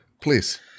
Please